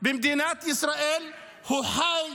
במדינת ישראל הוא חי,